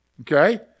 okay